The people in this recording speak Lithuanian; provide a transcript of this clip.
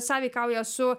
sąveikauja su